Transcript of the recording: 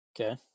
Okay